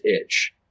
itch